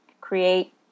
create